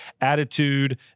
Attitude